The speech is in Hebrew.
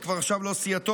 זה כבר עכשיו לא בסיעתו,